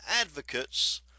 advocates